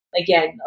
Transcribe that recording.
Again